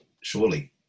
surely